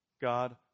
God